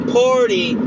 party